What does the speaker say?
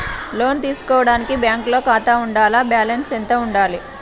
లోను తీసుకోవడానికి బ్యాంకులో ఖాతా ఉండాల? బాలన్స్ ఎంత వుండాలి?